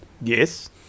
Yes